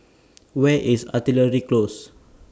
Where IS Artillery Close